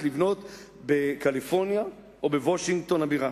לבנות בקליפורניה או בוושינגטון הבירה.